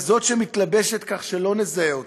כזאת שמתלבשת כך שלא נזהה אותה.